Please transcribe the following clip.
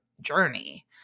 journey